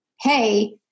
hey